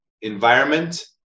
Environment